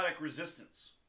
resistance